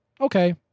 Okay